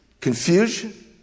confusion